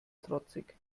trotzig